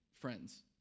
friends